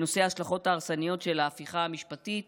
בנושא ההשלכות ההרסניות של ההפיכה המשפטית